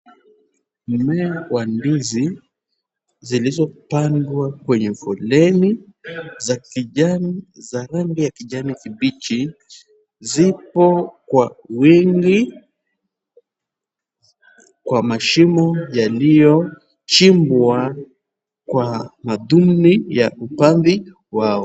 Mimea ya ndizi iliyopandwa kwenye foleni za rangi ya kijani kibichi, zipo kwa wingi, kwa mashimo yaliyochimbwa kwa madhumuni ya upanzi wao.